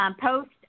post